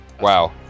Wow